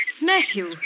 Matthew